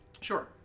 Sure